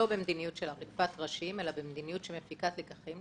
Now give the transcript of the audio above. אז לא במדיניות של עריפת ראשים אלא במדיניות שמפיקה לקחים,